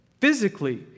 physically